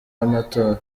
y’amatora